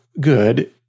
good